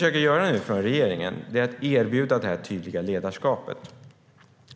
Regeringen försöker erbjuda det tydliga ledarskapet,